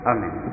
Amen